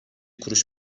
kuruş